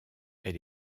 elle